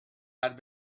had